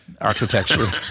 architecture